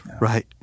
right